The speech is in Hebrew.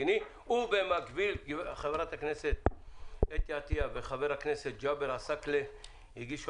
במקביל חברת הכנסת אתי עטיה וחבר הכנסת ג'אבר עסאקלה הגישו